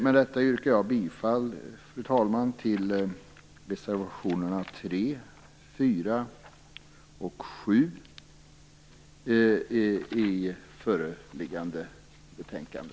Med detta, fru talman, yrkar jag bifall till reservationerna 3, 4, och 7 i föreliggande betänkande.